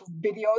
videos